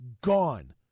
Gone